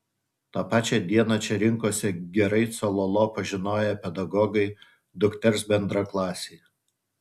tą pačią dieną čia rinkosi gerai cololo pažinoję pedagogai dukters bendraklasiai